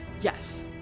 Yes